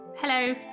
Hello